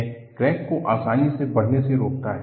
यह क्रैक को आसानी से बढ़ने से रोकता है